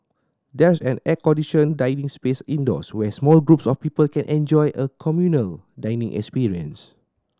there's an air conditioned dining space indoors where small groups of people can enjoy a communal dining experience